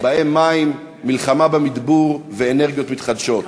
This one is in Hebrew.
ובהם מים, מלחמה במדבור ואנרגיות מתחדשות.